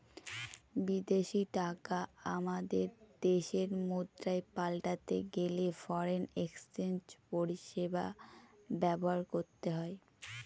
বিদেশী টাকা আমাদের দেশের মুদ্রায় পাল্টাতে গেলে ফরেন এক্সচেঞ্জ পরিষেবা ব্যবহার করতে হয়